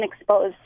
exposed